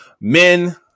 men